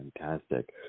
fantastic